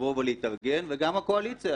לבוא ולהתארגן וגם הקואליציה,